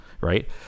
right